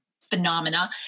phenomena